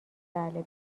بله